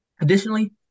Additionally